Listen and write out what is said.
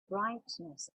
brightness